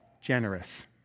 generous